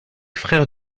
frères